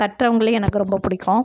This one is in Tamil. தட்டுறவங்களையும் எனக்கு ரொம்ப பிடிக்கும்